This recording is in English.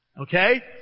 Okay